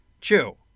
Chew